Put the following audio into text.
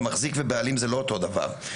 ומחזיק ובעלים זה לא אותו דבר.